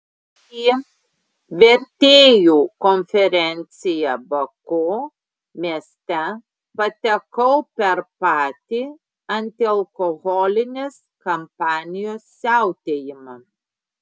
į vertėjų konferenciją baku mieste patekau per patį antialkoholinės kampanijos siautėjimą